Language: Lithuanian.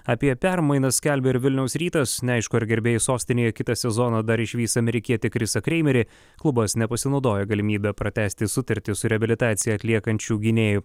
apie permainas skelbia ir vilniaus rytas neaišku ar gerbėjai sostinėje kitą sezoną dar išvys amerikietį krisą kreimerį klubas nepasinaudojo galimybe pratęsti sutartį su reabilitaciją atliekančiu gynėju